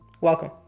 Welcome